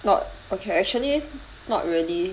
not okay actually not really